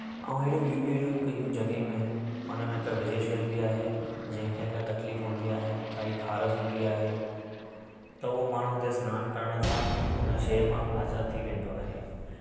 ऐं अहिड़ियूं ॿियूं बि अहिड़ियूं कई जॻहियूं आहिनि हुन में हिकु वीजेशवरी बि आहे जंहिंखे अगरि तकलीफ़ु हूंदी आहे काई खारस हूंदी आहे त उहो माण्हू हुते सनानु करण सा हुन शइ मां आज़ाद थी वेंदो आहे